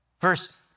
Verse